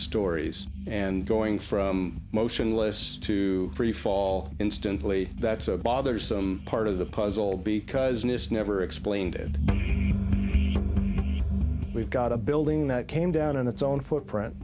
stories and going from motionless to freefall instantly that's a bother some part of the puzzle because nist never explained it we've got a building that came down on its own footprint